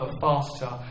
faster